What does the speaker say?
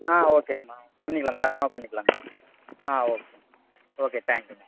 ஆ ஓகேங்கம்மா பண்ணிக்கலாம் தாராளமாக பண்ணிக்கலாங்க ஆ ஓகே ஓகே தேங்க் யூம்மா